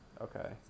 okay